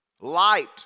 Light